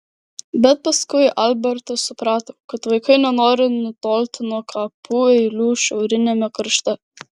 bet paskui albertas suprato kad vaikai nenori nutolti nuo kapų eilių šiauriniame krašte